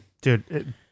Dude